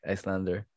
Icelander